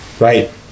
right